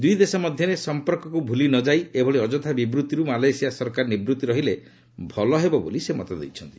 ଦୁଇ ଦେଶ ମଧ୍ୟରେ ସମ୍ପର୍କକୁ ଭୁଲିନଯାଇ ଏଭଳି ଅଯଥା ବିବୃତ୍ତିରୁ ମାଲେସିଆ ସରକାର ନିବୃତ୍ତ ରହିଲେ ଭଲ ହେବ ବୋଲି ସେ ମତ ଦେଇଛନ୍ତି